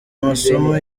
amasomo